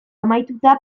amaituta